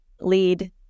lead